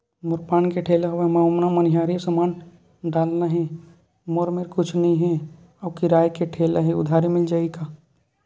मोर पान ठेला हवय मैं ओमा मनिहारी समान डालना हे मोर मेर कुछ नई हे आऊ किराए के ठेला हे उधारी मिल जहीं का?